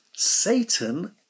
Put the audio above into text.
Satan